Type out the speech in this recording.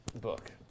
book